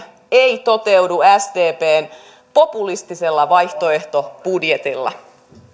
ei toteudu sdpn populistisella vaihtoehtobudjetilla